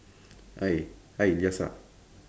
hi hi yes ah